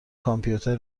کامپیوتر